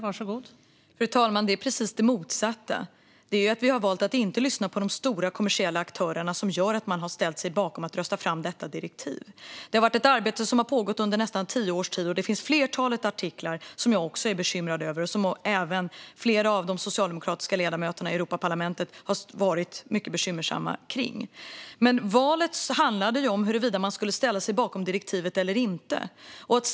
Fru talman! Det är precis det motsatta: Det är att vi har valt att inte lyssna på de stora kommersiella aktörerna som gör att vi har ställt oss bakom och röstat fram detta direktiv. Detta har varit ett arbete som har pågått under nästan tio års tid, och det finns ett flertal artiklar som även jag är bekymrad över. Flera av de socialdemokratiska ledamöterna i Europaparlamentet har också varit mycket bekymrade över dem. Valet handlade dock om att ställa sig bakom direktivet eller att inte göra det.